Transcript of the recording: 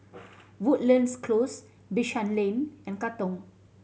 Woodlands Close Bishan Lane and Katong